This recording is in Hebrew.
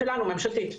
שלנו - ממשלתית.